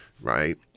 right